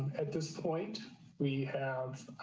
at this point we have